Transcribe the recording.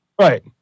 Right